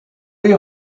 les